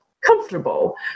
comfortable